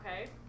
Okay